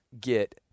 get